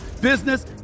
business